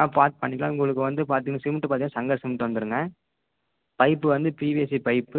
ஆ பார்த்து பண்ணிக்கலாம் உங்களுக்கு வந்து பார்த்திங்கன்னா சிமெண்ட் பார்த்திங்கன்னா சங்கர் சிமெண்ட்டு வந்துடுங்க பைப்பு வந்து பிவிசி பைப்